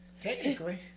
Technically